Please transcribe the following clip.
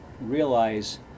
realize